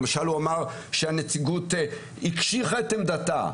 למשל הוא אמר שהנציגות הקשיחה את עמדתה,